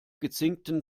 gezinkten